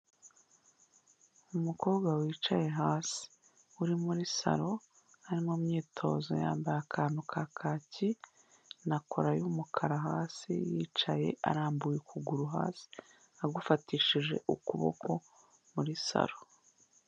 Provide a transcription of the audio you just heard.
Umukobwa wicaye hasi uri muri salo ari mu myitozo yambaye akantu ka kaki na kora y'umukara hasi, yicaye arambuwe ukuguru hasi agufatishije ukuboko muri salo.